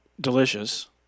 delicious